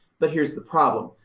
but here's the problem.